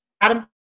Adam